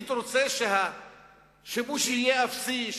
הייתי רוצה שהשימוש יהיה אפסי,